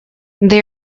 they